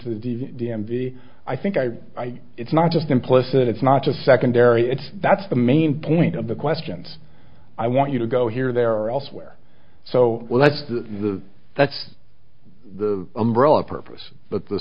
to the d c d m v i think i it's not just implicit it's not just secondary it's that's the main point of the questions i want you to go here there are else where so well that's the that's the umbrella purpose but the